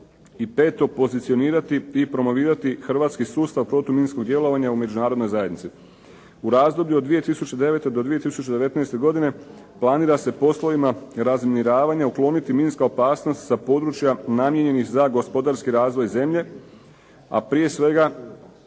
i peto pozicionirati i promovirati hrvatski sustav protuminskog djelovanja u Međunarodnoj zajednici. U razdoblju od 2009. do 2019. godine planira se poslovima razminiravanja ukloniti minska opasnost sa područja namijenjenih za gospodarski razvoj zemlje, a prije svega